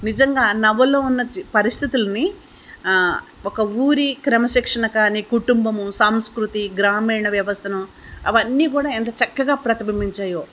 నిజంగా నవలో ఉన్న పరిస్థితులని ఒక ఊరి క్రమశిక్షణ కానీ కుటుంబము సాంస్కృతి గ్రామీణ వ్యవస్థను అవన్నీ కూడా ఎంత చక్కగా ప్రతిభిబించాయో